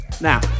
Now